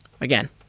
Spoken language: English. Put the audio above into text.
again